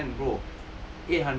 of course can bro